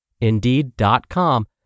Indeed.com